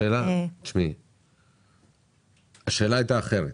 השאלה הייתה אחרת.